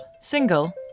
single